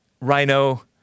rhino